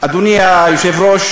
שום מילה על זה,